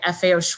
FAO